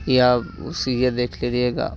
या सीरियल देख लीजिएगा